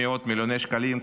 במאות מיליוני שקלים,